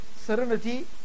serenity